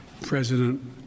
President